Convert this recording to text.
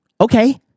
Okay